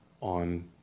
on